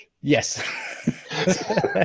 Yes